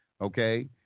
Okay